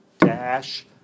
dash